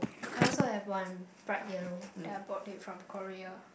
I also have one but yellow that I bought it from Korea